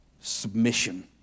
submission